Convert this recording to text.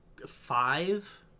five